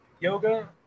yoga